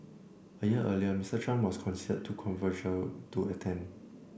a year earlier Mister Trump was considered too controversial to attend